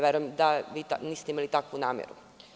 Verujem da niste imali takvu nameru.